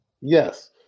Yes